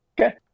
Okay